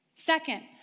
Second